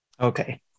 Okay